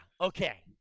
okay